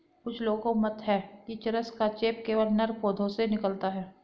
कुछ लोगों का मत है कि चरस का चेप केवल नर पौधों से निकलता है